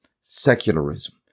secularism